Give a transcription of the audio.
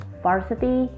varsity